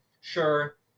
sure